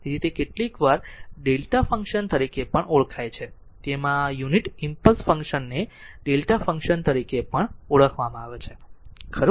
તેથી તે કેટલીકવાર Δ ફંક્શન તરીકે પણ ઓળખાય છે તેમાં આ યુનિટ ઈમ્પલસ ફંક્શન ને Δ ફંકશન તરીકે પણ ઓળખવામાં આવે છે ખરું